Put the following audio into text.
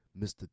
mr